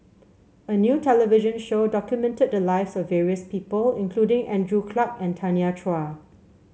a new television show documented the lives of various people including Andrew Clarke and Tanya Chua